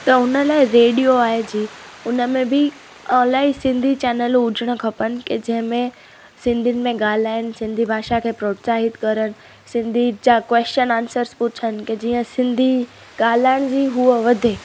त हुन लाइ रेडियो आहे जीअंं हुन में बि इलाही सिंधी चैनल हुजणु खपनि की जंहिं में सिंधियुनि में ॻाल्हाइनि सिंधी भाषा खे प्रोत्साहित करनि सिंधी जा क्वेश्चन आनसरस पुछनि जीअं की सिंधी ॻाल्हाइण जी उहा वधे